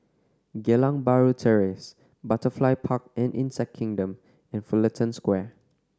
Geylang Bahru Terrace Butterfly Park and Insect Kingdom and Fullerton Square